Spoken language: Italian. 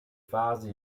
fasi